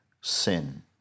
sin